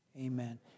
Amen